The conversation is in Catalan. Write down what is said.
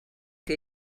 que